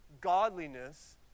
godliness